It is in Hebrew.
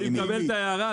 אני מקבל את ההערה.